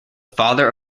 father